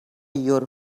your